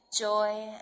joy